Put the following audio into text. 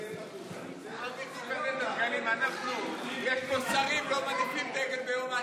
יש פה שרים שלא מניפים דגל ביום העצמאות.